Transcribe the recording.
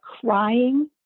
crying